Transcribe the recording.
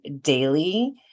daily